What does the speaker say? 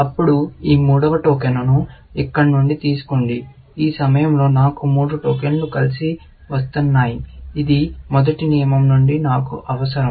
అప్పుడు ఈ మూడవ టోకెన్ను ఇక్కడి నుండి తీసుకోండి ఈ సమయంలో నాకు మూడు టోకెన్లు కలిసి వస్తున్నాయి ఇది మొదటి నియమం నుండి నాకు అవసరం